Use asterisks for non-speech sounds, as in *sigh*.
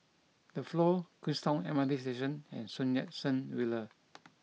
The Flow Queenstown M R T Station and Sun Yat Sen Villa *noise*